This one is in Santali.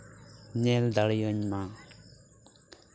ᱧᱮᱞ ᱫᱟᱲᱮ ᱭᱟᱹᱧ ᱢᱟ